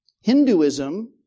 Hinduism